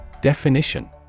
Definition